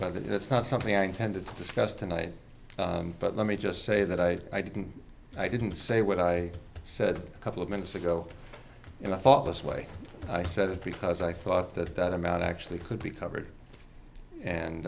but it's not something i intend to discuss tonight but let me just say that i i didn't i didn't say what i said a couple of minutes ago and i thought this way i said it because i thought that that amount actually could be covered and